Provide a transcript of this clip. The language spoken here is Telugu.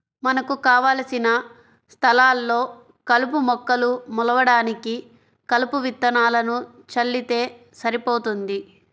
మనకు కావలసిన స్థలాల్లో కలుపు మొక్కలు మొలవడానికి కలుపు విత్తనాలను చల్లితే సరిపోతుంది